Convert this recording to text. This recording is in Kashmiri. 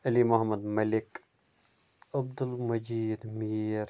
علی محمد مٔلِک عبدالمجیٖد میٖر